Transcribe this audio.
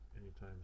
anytime